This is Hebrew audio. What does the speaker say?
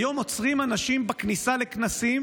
היום עוצרים אנשים בכניסה לכנסים